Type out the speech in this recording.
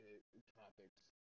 topics